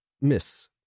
miss